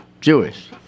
Jewish